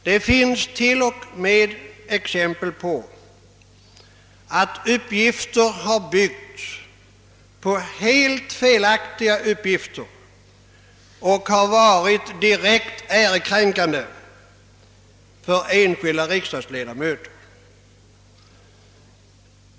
Det finns t.o.m. exempel på att upplysningar har byggt på helt felaktiga uppgifter och har varit direkt ärekränkande för enskilda riksdagsledamöter.